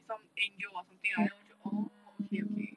some angel or something lah then 我就 oh okay okay